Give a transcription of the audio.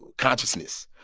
consciousness,